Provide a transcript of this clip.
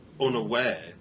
unaware